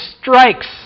strikes